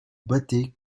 battaient